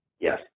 Yes